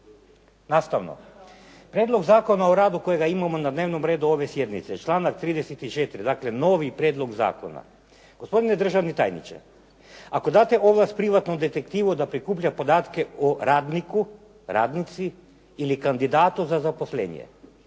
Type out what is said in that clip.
otkaz. Prijedlog zakona o radu kojega imamo na dnevnom redu ove sjednice, članak 34. dakle novi prijedlog zakona. Gospodine državni tajniče, ako date ovlast privatnom detektivu da prikuplja podatke o radniku, radnici ili kandidatu za zaposlenje,